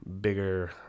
bigger